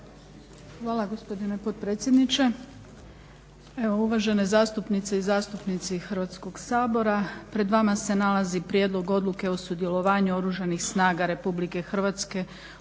Hvala gospodine potpredsjedniče. Evo uvažene zastupnice i zastupnici Hrvatskog sabora, pred vama se nalazi Prijedlog odluke o sudjelovanju Oružanih snaga Republike Hrvatske u mirovnoj